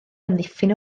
amddiffyn